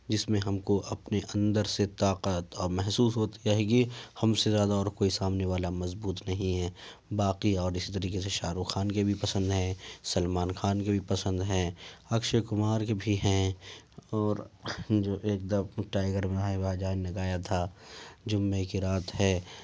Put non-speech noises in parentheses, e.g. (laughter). جس میں ہم کو اپنے اندر سے طاقت اور محسوس ہوتی رہے گی ہم سے زیادہ اورکوئی سامنے والا مضبوط نہیں ہے باقی اور اسی طریقے سے شاہ رخ خان کے بھی پسند ہیں سلمان خان کے بھی پسند ہیں اکشے کمار کے بھی ہیں اور جو ایک دا ٹائگر میں (unintelligible) بھائی جان نے گایا تھا جمعہ کی رات ہے